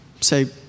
say